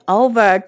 over